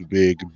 big